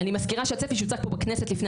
אני מזכירה שהצפי שהוצג פה בכנסת לפני